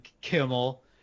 kimmel